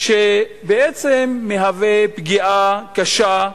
שבעצם מהווה פגיעה קשה,